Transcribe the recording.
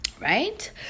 Right